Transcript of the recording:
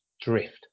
drift